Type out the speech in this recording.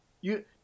You-